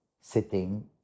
sitting